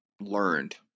learned